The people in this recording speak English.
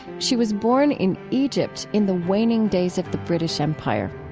she was born in egypt in the waning days of the british empire.